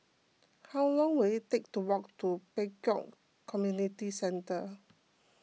how long will it take to walk to Pek Kio Community Centre